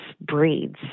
breeds